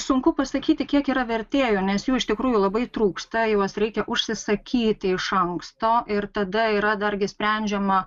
sunku pasakyti kiek yra vertėjų nes jų iš tikrųjų labai trūksta juos reikia užsisakyti iš anksto ir tada yra dargi sprendžiama